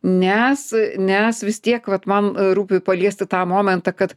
nes nes vis tiek vat man rūpi paliesti tą momentą kad